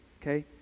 okay